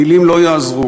מילים לא יעזרו.